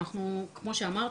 כמו שאמרתי,